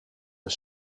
een